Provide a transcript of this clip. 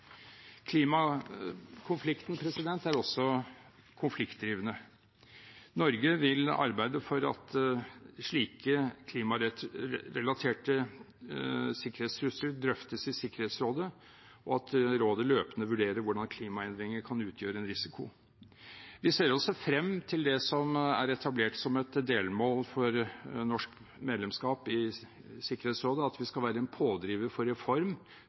er også konfliktdrivende. Norge vil arbeide for at klimarelaterte sikkerhetstrusler drøftes i Sikkerhetsrådet, og at rådet løpende vurderer hvordan klimaendringer kan utgjøre en risiko. Vi ser også frem til det som er etablert som et delmål for norsk medlemskap i Sikkerhetsrådet, at vi skal være en pådriver for